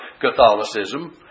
Catholicism